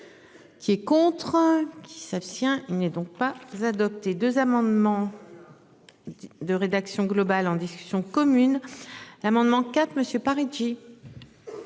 Qui est contre qui s'abstient. Il n'est donc pas adopté 2 amendements. De rédaction global en discussion commune. L'amendement quatre